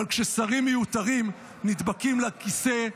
אבל כששרים מיותרים נדבקים לכיסא,